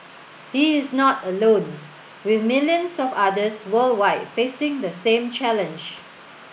he is not alone with millions of others worldwide facing the same challenge